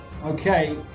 Okay